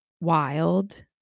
wild